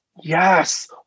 yes